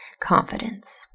confidence